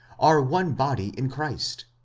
are one body in christ,